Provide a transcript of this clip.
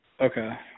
Okay